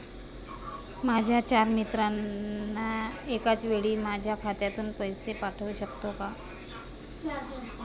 माझ्या चार मित्रांना एकाचवेळी माझ्या खात्यातून पैसे पाठवू शकतो का?